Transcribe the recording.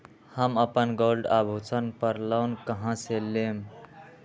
हम अपन गोल्ड आभूषण पर लोन कहां से लेम?